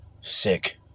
sick